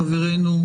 חברנו,